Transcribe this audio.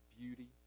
beauty